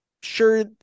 Sure